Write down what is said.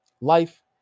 Life